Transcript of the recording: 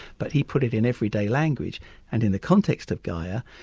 but he put it in everyday language and in the context of gaia,